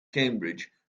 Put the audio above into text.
cambridge